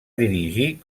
dirigir